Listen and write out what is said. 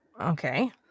Okay